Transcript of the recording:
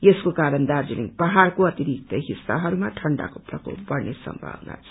यसको कारण दार्जीतिङ पहाड़को अथिकत्तर हिस्साहरूमा ठण्डाको प्रकोप बढ़ने सम्भावना छ